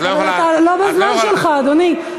אבל אתה לא בזמן שלך, אדוני.